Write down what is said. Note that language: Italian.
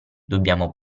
dobbiamo